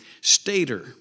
stater